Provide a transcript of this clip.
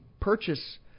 purchase